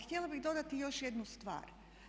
Htjela bih dodati još jednu stvar.